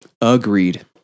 Agreed